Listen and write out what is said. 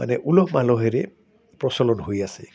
মানে উলহ মালহেৰে প্ৰচলন হৈ আছে